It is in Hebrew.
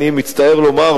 אני מצטער לומר,